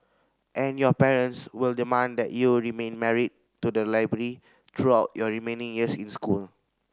and your parents will demand that you remain married to the library throughout your remaining years in school